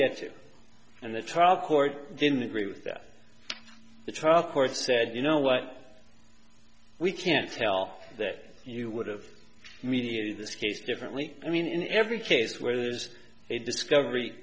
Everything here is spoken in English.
get to and the trial court didn't agree with that the trial court said you know what we can't tell that you would have mediated this case differently i mean in every case where there's a discovery